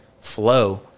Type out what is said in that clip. flow